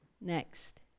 Next